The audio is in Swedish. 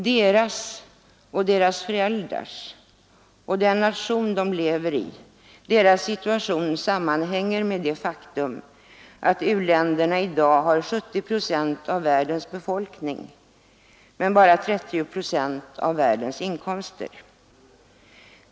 Deras och deras föräldrars situation sammanhänger, liksom situationen för de länder de lever i, med det faktum att u-länderna i dag har 70 procent av världens befolkning men bara 30 procent av världens inkomster.